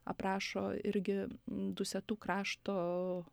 aprašo irgi dusetų krašto